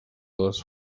les